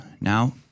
now